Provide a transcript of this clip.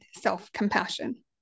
self-compassion